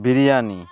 biryani